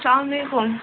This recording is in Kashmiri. اَسَلامُ علیکُم